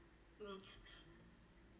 mm